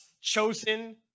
chosen